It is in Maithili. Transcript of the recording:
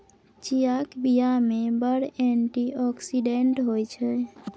चीयाक बीया मे बड़ एंटी आक्सिडेंट होइ छै